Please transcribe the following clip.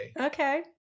Okay